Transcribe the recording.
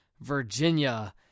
Virginia